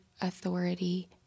authority